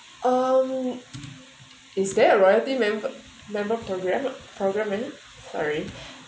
um is there a loyalty mem~ member programme programme ma'am sorry